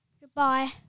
Goodbye